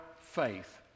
faith